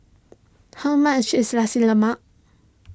how much is Nasi Lemak